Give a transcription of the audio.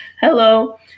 Hello